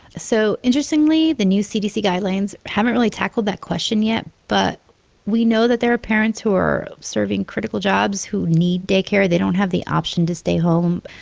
so interestingly, the new cdc guidelines haven't really tackled that question yet, but we know that there are parents who are serving critical jobs who need daycare. they don't have the option to stay home.